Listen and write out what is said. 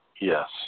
Yes